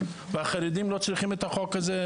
והחרדים לא צריכים את החוק הזה,